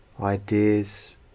Ideas